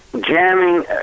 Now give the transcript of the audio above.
jamming